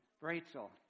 Rachel